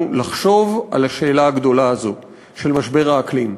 לחשוב על השאלה הגדולה הזאת של משבר האקלים: